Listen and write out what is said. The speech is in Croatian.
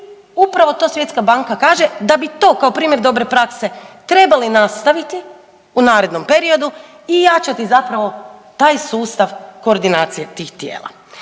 upravo to Svjetska banka kaže, da bi to kao primjer dobre prakse trebali nastaviti i narednom periodu i jačati zapravo taj sustav koordinacije tih tijela.